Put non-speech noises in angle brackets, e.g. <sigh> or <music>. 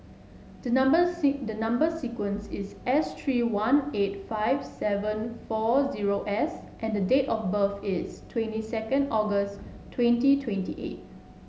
the number <unintelligible> the number sequence is S three one eight five seven four zero S and the date of birth is twenty second August twenty twenty eight